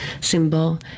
symbol